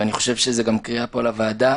ואני חושב שזאת גם קריאה פה לוועדה,